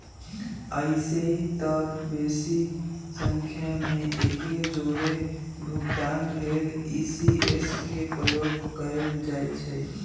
अइसेए तऽ बेशी संख्या में एके जौरे भुगतान लेल इ.सी.एस के प्रयोग कएल जाइ छइ